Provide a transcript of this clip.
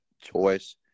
choice